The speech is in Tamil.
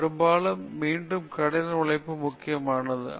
பெரும்பாலும் மீண்டும் கடின உழைப்பு முக்கியமானது